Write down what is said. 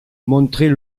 montrait